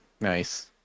Nice